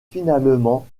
finalement